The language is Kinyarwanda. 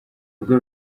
bwo